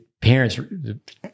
parents